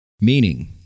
Meaning